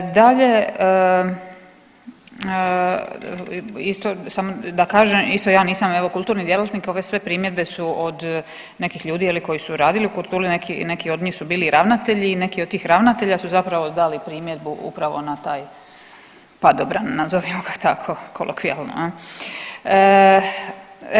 Dalje isto samo da kažem, isto ja nisam evo kulturni djelatnik, ove sve primjedbe su od nekih ljudi je li koji su radili u kulturi, neki, neki od njih su bili i ravnatelji i neki od tih ravnatelja su zapravo dali primjedbu upravo na taj padobran nazovimo ga tako kolokvijalno jel.